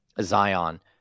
Zion